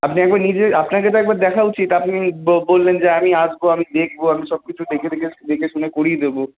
আপনি একবার নিজে আপনাকে তো একবার দেখা উচিত আপনি বললেন যে আমি আসবো আমি দেখবো আমি সব কিছু দেখে দেখে দেখেশুনে করিয়ে দেবো